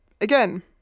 again